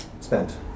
spent